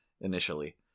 initially